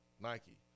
Nike